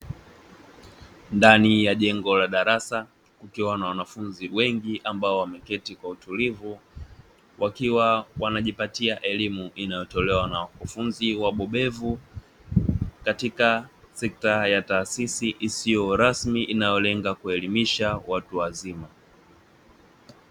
Ndani ya jengo la darasa kukiwa kuna wanafunzi wengi ambao wameketi kwa utulivu, wakiwa wanajipatia elimu inayotolewa na wakufunzi wabobevu katika sekta ya taasisi isiyo rasmi inayolenga kuelimisha watu wazima.